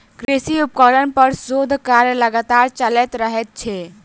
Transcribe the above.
कृषि उपकरण पर शोध कार्य लगातार चलैत रहैत छै